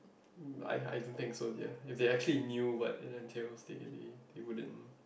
I I don't think so yeah if they actually knew what it entails they they they wouldn't